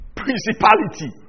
principality